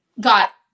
got